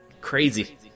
Crazy